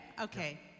Okay